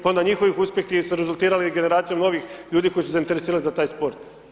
Pa onda njihovi uspjesi su rezultirali generacijom novih ljudi koji su se zainteresirali za taj sport.